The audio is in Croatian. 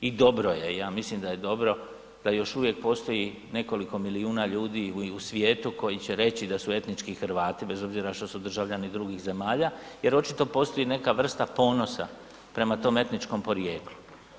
I dobro je, ja mislim da je dobro da još uvijek postoji nekoliko milijuna ljudi u svijetu koji će reći da su etnički Hrvati bez obzira što su državljani drugih zemalja jer očito postoji neka vrsta ponosa prema tom etničkom porijeklu.